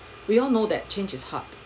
we all know that change is hard